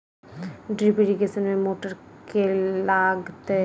Drip irrigation मे motor केँ लागतै?